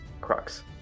Crux